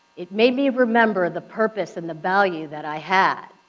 it made me remember the purpose and the value that i had.